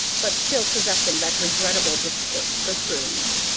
but still possessing that regrettable distaste for prunes.